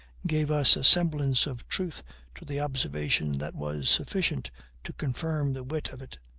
gave us a semblance of truth to the observation that was sufficient to confirm the wit of it.